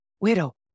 widow